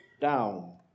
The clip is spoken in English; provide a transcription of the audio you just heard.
down